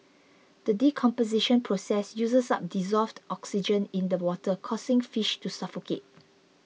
the decomposition process uses up dissolved oxygen in the water causing fish to suffocate